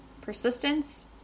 persistence